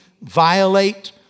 violate